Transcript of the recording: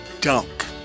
dunk